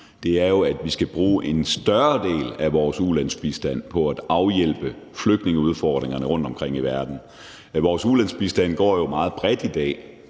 mener, at vi skal bruge en større del af vores ulandsbistand på at afhjælpe flygtningeudfordringerne rundtomkring i verden. Vores ulandsbistand går jo i dag meget bredt, og